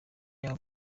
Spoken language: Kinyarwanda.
y’aho